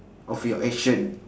of your action